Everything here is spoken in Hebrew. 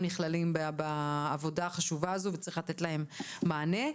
נכללים בעבודה החשובה הזו וצריך לתת להם מענה.